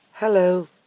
Hello